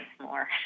more